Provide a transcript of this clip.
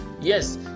Yes